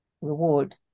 reward